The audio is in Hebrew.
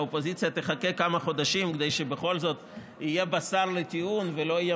האופוזיציה תחכה כמה חודשים כדי שבכל זאת יהיה בשר לטיעון ולא יהיה